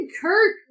Kirk